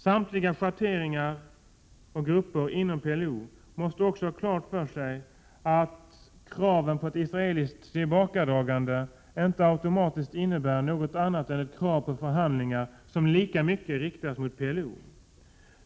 Samtliga schatteringar och grupper inom PLO måste också ha klart för sig att kraven på ett israeliskt tillbakadragande inte automatiskt innebär något annat än ett krav på förhandlingar, som lika mycket riktas mot PLO.